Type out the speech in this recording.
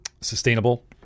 sustainable